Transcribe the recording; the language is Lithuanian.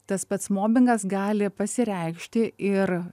tas pats mobingas gali pasireikšti ir